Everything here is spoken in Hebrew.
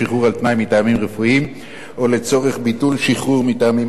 על-תנאי מטעמים רפואיים או לצורך ביטול שחרור מטעמים אלו,